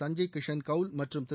சஞ்சய் கிஷன் கவுல் மற்றும் திரு